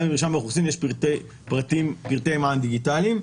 במרשם האוכלוסין יש פרטי מען דיגיטליים.